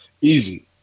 easy